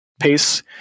PACE